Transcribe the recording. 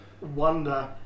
wonder